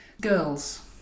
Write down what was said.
Girls